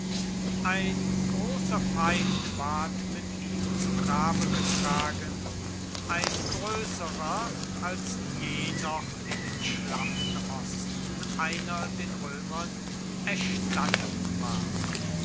ein großer feind ward mit ihm zu grabe getragen ein größerer als je noch in dem schlaffen osten einer den römern erstanden war